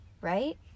right